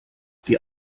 die